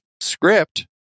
script